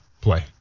play